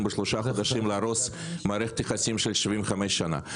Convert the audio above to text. בשלושה חודשים הצלחתם להרוס מערכת יחסים של 75 שנים.